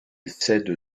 cède